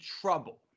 trouble